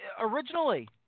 originally